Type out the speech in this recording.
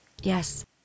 Yes